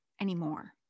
anymore